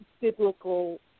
biblical